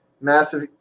Massive